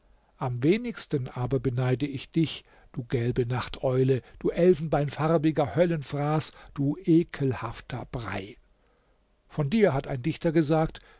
am wenigsten aber beneide ich dich du gelbe nachteule du elfenbeinfarbiger höllenfraß du ekelhafter brei von dir hat ein dichter gesagt